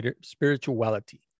spirituality